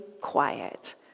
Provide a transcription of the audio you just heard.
quiet